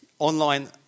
online